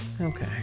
Okay